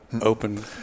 open